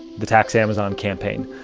the tax amazon campaign,